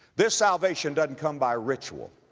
this salvation doesn't come by ritual.